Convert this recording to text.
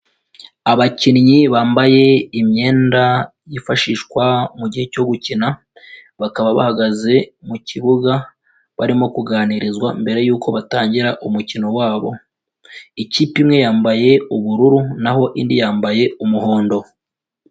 Abakinnyi bambaye imyenda yifashishwa mu gihe cyo gukina, bakaba bahagaze mu kibuga, barimo kuganirizwa mbere y'uko batangira umukino wabo, ikipe imwe yambaye ubururu naho indi yambaye umuhondo.